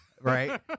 right